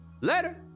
later